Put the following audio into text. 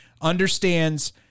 understands